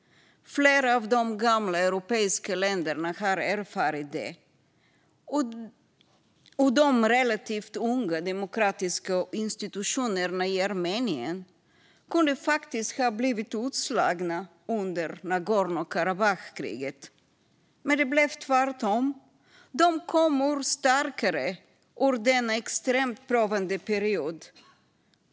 Flera av de gamla europeiska länderna har erfarit det. De relativt unga demokratiska institutionerna i Armenien kunde faktiskt ha blivit utslagna under Nagorno-Karabach-kriget. Men det blev tvärtom. De kom ut starkare ur denna extremt prövande period.